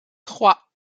trois